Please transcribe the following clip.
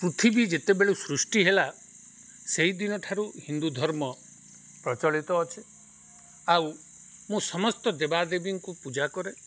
ପୃଥିବୀ ଯେତେବେଳେ ସୃଷ୍ଟି ହେଲା ସେଇଦିନ ଠାରୁ ହିନ୍ଦୁ ଧର୍ମ ପ୍ରଚଳିତ ଅଛେ ଆଉ ମୁଁ ସମସ୍ତ ଦେବାଦେବୀଙ୍କୁ ପୂଜା କରେ